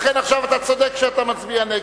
לכן אתה צודק כשאתה מצביע נגד.